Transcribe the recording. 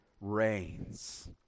reigns